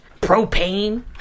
propane